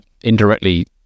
indirectly